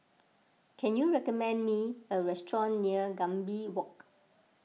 can you recommend me a restaurant near Gambir Walk